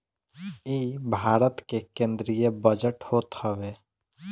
इ भारत के केंद्रीय बजट होत हवे